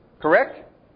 Correct